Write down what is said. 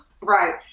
Right